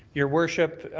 your worship,